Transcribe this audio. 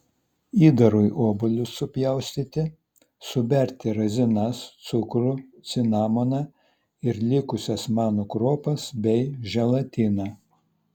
įdarui obuolius supjaustyti suberti razinas cukrų cinamoną ir likusias manų kruopas bei želatiną